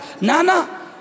Nana